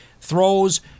Throws